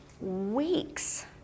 weeks